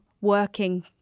working